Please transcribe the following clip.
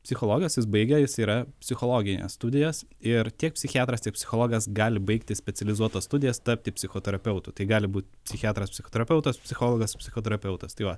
psichologas jis baigė jis yra psichologines studijas ir tiek psichiatras tiek psichologas gali baigti specializuotas studijas tapti psichoterapeutu tai gali būt psichiatras psichoterapeutas psichologas psichoterapeutas tai va